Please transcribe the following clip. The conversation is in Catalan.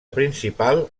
principal